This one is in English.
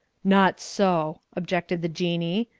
not so, objected the jinnee,